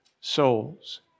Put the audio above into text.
souls